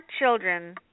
children